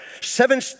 seven